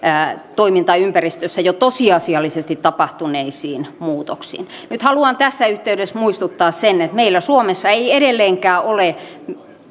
toimintaympäristössä jo tosiasiallisesti tapahtuneisiin muutoksiin nyt haluan tässä yhteydessä muistuttaa siitä että meillä suomessa ei edelleenkään ole